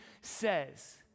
says